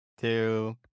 two